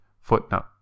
Footnote